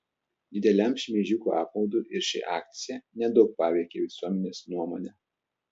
dideliam šmeižikų apmaudui ir ši akcija nedaug paveikė visuomenės nuomonę